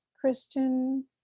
Christian